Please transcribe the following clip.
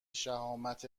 شهامت